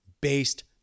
based